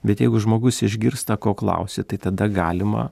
bet jeigu žmogus išgirsta ko klausi tai tada galima